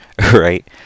right